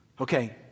Okay